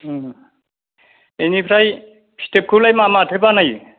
ओं बिनिफ्राय फिथोबखौलाय मा माथो बानायो